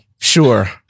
Sure